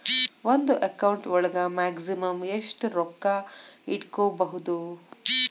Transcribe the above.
ಒಂದು ಅಕೌಂಟ್ ಒಳಗ ಮ್ಯಾಕ್ಸಿಮಮ್ ಎಷ್ಟು ರೊಕ್ಕ ಇಟ್ಕೋಬಹುದು?